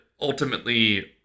ultimately